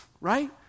Right